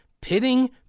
pitting